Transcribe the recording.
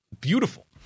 beautiful